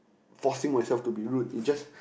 forcing myself to be rude it's just